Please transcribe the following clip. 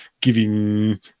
giving